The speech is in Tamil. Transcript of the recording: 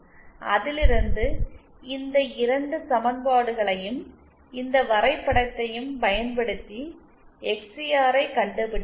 அதிலிருந்து இந்த 2 சமன்பாடுகளையும் இந்த வரைபடத்தையும் பயன்படுத்தி எக்ஸ்சிஆரைக் கண்டுபிடிக்கலாம்